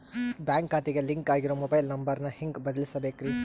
Bank ಖಾತೆಗೆ link ಆಗಿರೋ mobile number ನ ಹೆಂಗ್ ಬದಲಿಸಬೇಕ್ರಿ?